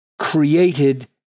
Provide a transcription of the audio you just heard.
created